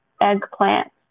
eggplant